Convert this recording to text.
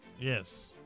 Yes